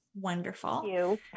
Wonderful